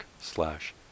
slash